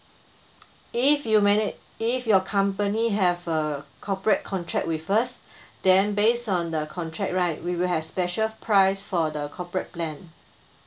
if you manage if your company have a corporate contract with us then based on the contract right we will have a special price for the corporate plan